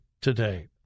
today